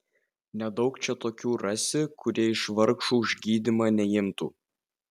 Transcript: nedaug čia tokių rasi kurie iš vargšų už gydymą neimtų